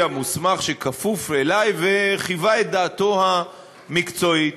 המוסמך שכפוף אליו וחיווה את דעתו המקצועית.